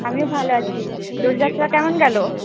আমিও ভালো আছি দোলযাত্রা কেমন গেল